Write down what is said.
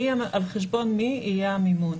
על חשבון מי יהיה המימון.